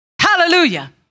Hallelujah